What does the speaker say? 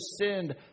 sinned